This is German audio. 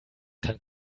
kann